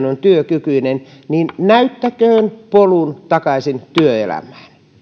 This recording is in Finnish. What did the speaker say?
on työkykyinen niin näyttäköön polun takaisin työelämään